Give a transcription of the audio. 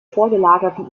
vorgelagerten